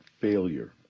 failure